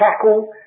tackle